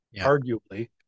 arguably